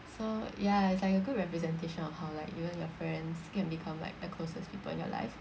so ya it's like a good representation of how like even your friends can become like the closest people in your life